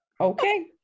okay